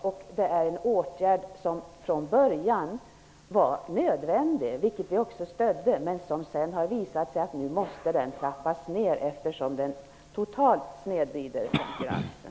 ALU är en åtgärd som från början var nödvändig, och vi stödde den också inledningsvis. Nu måste den dock trappas ned, eftersom den totalt snedvrider konkurrensen.